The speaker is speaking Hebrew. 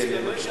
אני מברך את